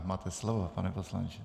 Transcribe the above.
Máte slovo, pane poslanče.